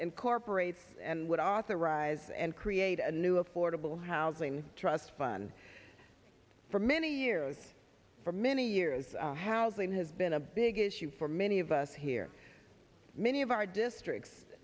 incorporates and would authorize and create a new affordable housing trust fund for many years for many years housing has been a big issue for many of us here many of our districts